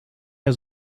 der